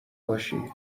باشی